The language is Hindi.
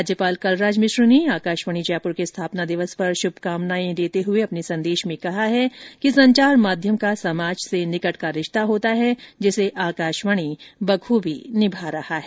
राज्यपाल कलराज मिश्र ने आकाशवाणी जयपुर के स्थापना दिवस पर शुभकामनाए देते हुए अपने संदेश में कहा कि संचार माध्यम का समाज से निकट का रिश्ता होता है जिसे आकाशवाणी बखूबी निभा रहा है